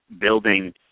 building